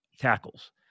tackles